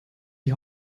die